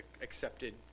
accepted